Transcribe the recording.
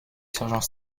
sergent